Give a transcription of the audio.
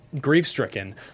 grief-stricken